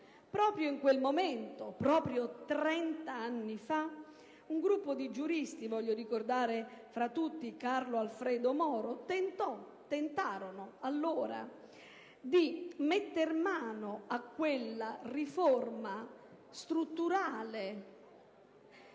Proprio in quel momento, proprio 30 anni fa, un gruppo di giuristi - voglio ricordare fra tutti Carlo Alfredo Moro - tentò di mettere mano a quella riforma strutturale